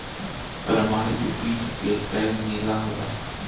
प्रमाणित बीज के टैग नीला होला